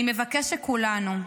"אני מבקש שכולנו,